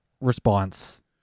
response